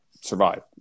survive